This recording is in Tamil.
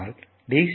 ஆனால் டி